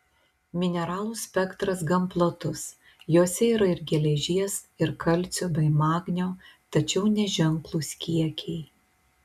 mineralų spektras gan platus jose yra ir geležies ir kalcio bei magnio tačiau neženklūs kiekiai